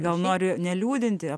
gal nori neliūdinti